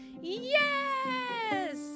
Yes